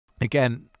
again